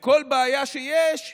כל בעיה שיש,